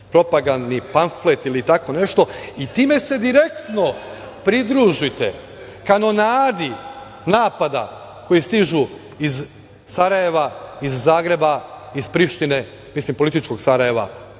propagandni panflet ili tako nešto i time se direktno pridružite kanonadi napada koji stižu iz Sarajeva, Zagreba iz Prištine, mislim političkog Sarajeva,